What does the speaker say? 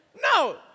No